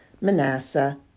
Manasseh